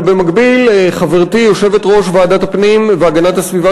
אבל במקביל חברתי יושבת-ראש ועדת הפנים והגנת הסביבה